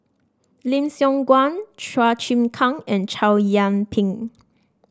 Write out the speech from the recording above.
Lim Siong Guan Chua Chim Kang and Chow Yian Ping